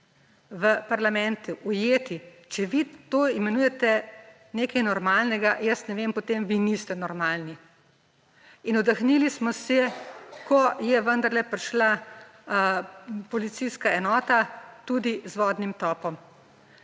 v parlamentu ujeti, če vi to imenujete nekaj normalnega, jaz ne vem, potem vi niste normalni. In oddahnili smo se, ko je vendarle prišla policijska enota tudi z vodnim topom.